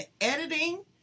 editing